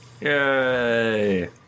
Yay